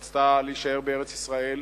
היא רצתה להישאר בארץ-ישראל